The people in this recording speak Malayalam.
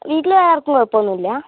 വീട്ടിൽ ആർക്കും കുഴപ്പമൊന്നുമില്ല